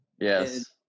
yes